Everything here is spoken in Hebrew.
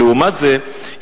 לעומת זה,